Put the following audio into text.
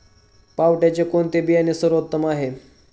पावट्याचे कोणते बियाणे सर्वोत्तम आहे?